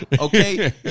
Okay